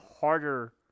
harder